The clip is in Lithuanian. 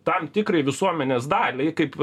tam tikrai visuomenės daliai kaip